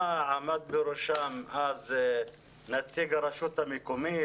בראש ועדות ההשמה עמד בזמנו נציג הרשות המקומית,